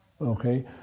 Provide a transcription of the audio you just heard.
Okay